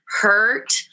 hurt